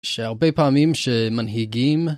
שהרבה פעמים שמנהיגים